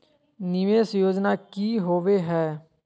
निवेस योजना की होवे है?